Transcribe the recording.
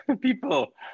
people